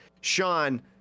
Sean